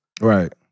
right